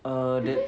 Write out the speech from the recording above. err